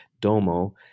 Domo